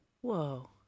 Whoa